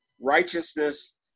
righteousness